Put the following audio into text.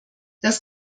das